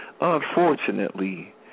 Unfortunately